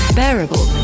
bearable